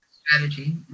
strategy